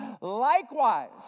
Likewise